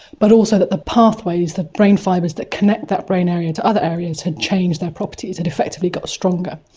but also that the pathways, the brain fibres that connect that brain area to other areas, had changed their properties, had effectively got stronger.